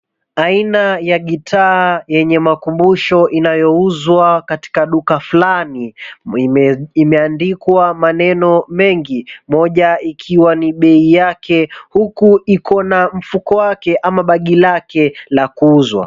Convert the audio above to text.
Aina ya gitaa yenye makumbusho inayouzwa katika duka fulani, imeandikwa maneno mengi, moja ikiwa ni bei yake huku iko na mfuko wake ama bagi lake la kuuzwa.